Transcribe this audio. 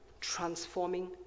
transforming